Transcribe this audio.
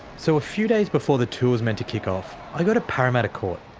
so a few days before the tour's meant to kick off, i go to parramatta court.